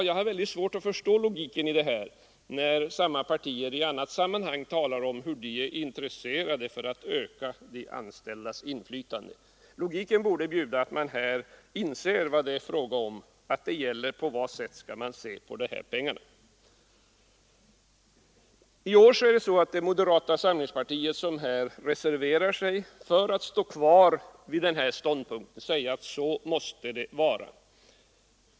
Jag har mycket svårt att förstå logiken i det resonemanget när samma parti i andra sammanhang talar om sitt intresse av att öka de anställdas inflytande. Logiken borde bjuda att man här inser vad det är fråga om, att det gäller på vilket sätt man skall se på de här pengarna. I år är det moderaterna som reserverar sig och vill stå kvar vid denna ståndpunkt; de säger att det måste vara så.